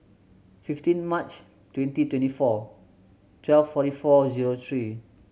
fifteen March twenty twenty four twelve forty four zero three